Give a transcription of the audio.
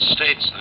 States